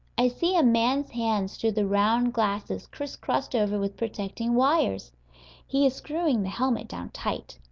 i see a man's hands through the round glasses crisscrossed over with protecting wires he is screwing the helmet down tight.